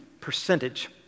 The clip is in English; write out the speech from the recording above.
percentage